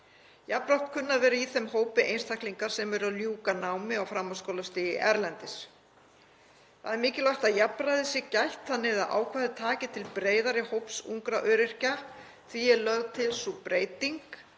Jafnframt kunna að vera í þeim hópi einstaklingar sem eru að ljúka námi á framhaldsskólastigi erlendis. Mikilvægt er að jafnræðis sé gætt þannig að ákvæðið taki til breiðari hóps ungra öryrkja. Því er lögð til sú breyting